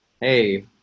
Hey